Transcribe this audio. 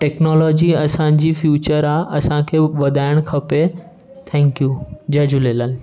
technology असांजी future आहे असांखे उहो वधाइण खपे थैंक्यू जय झूलेलाल